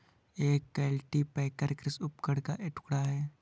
एक कल्टीपैकर कृषि उपकरण का एक टुकड़ा है